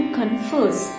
confers